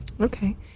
Okay